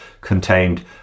contained